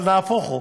אבל נהפוך הוא,